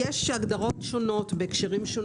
יש הגדרות שונות בהקשרים שונים.